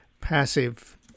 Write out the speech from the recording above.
passive